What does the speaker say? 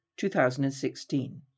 2016